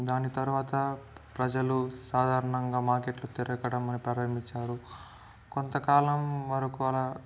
దాని తర్వాత ప్రజలు సాధారణంగా మార్కెట్ లో తిరగటం కొంతకాలం వరకు అలా